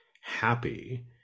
happy